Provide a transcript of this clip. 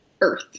earth